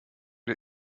der